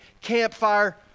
campfire